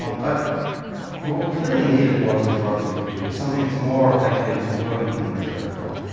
um but but what we clearly needed was a drug that would do this. something that's more effective, more potent than resveratrol.